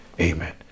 amen